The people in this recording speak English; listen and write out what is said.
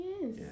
Yes